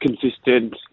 consistent